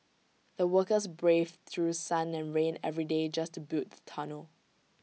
the workers braved through sun and rain every day just to build the tunnel